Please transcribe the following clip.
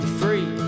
free